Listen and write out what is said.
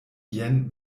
jen